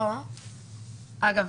אגב,